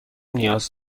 نیاز